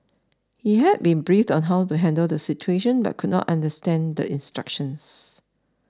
he had been briefed on how to handle the situation but could not understand the instructions